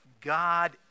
God